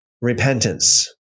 repentance